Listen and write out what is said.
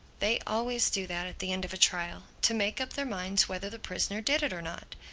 they always do that at the end of a trial to make up their minds whether the prisoner did it or not.